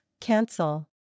Cancel